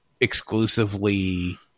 exclusively